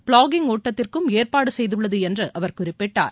blogging ஒட்டத்திற்கும் ஏற்பாடு செய்துள்ளது என்று அவர் குறிப்பிட்டார்